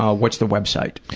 um what's the website?